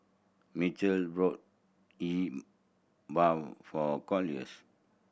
Michal bought Yi Bua for Corliss